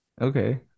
Okay